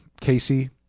Casey